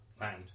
land